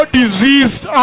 diseased